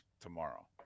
tomorrow